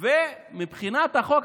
מבחינת החוק,